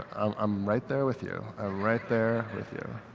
i'm right there with you. i'm right there with you.